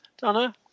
Donna